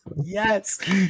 Yes